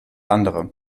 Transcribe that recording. andere